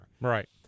right